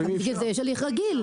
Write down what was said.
בגלל זה יש הליך רגיל.